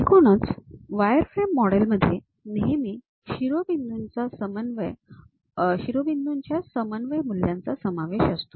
एकूणच वायरफ्रेम मॉडेलमध्ये नेहमी शिरोबिंदूंच्या समन्वय मूल्यांचा समावेश असतो